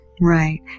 right